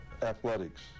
Athletics